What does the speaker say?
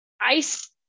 ice